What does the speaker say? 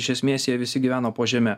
iš esmės jie visi gyveno po žeme